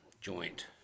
joint